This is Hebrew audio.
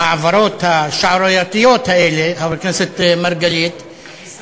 ההעברות השערורייתיות האלה, חבר הכנסת מרגלית,